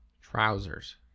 trousers